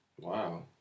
Wow